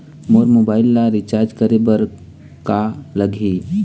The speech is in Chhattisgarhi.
मोर मोबाइल ला रिचार्ज करे बर का लगही?